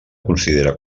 considera